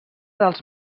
dels